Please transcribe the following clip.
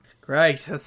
Great